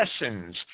lessons